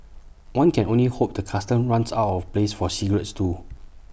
one can only hope the Customs runs out of place for cigarettes too